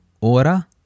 ora